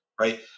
right